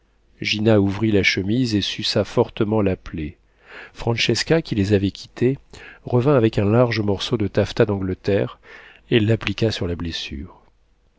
gina ouvrit la chemise et suça fortement la plaie francesca qui les avait quittés revint avec un large morceau de taffetas d'angleterre et l'appliqua sur la blessure